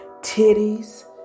titties